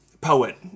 poet